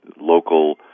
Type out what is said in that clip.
local